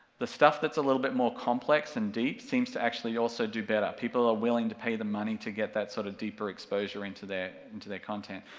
the stuff that's a little bit more complex and deep seems to actually also do better, people are willing to pay the money to get that sort of deeper exposure into their into their content.